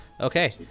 Okay